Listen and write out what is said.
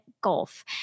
Gulf